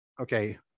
okay